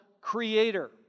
creator